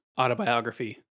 autobiography